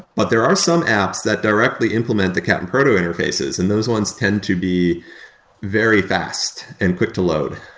but there are some apps that directly implement the cap'n proto interfaces, and those ones tend to be very fast and quick to load.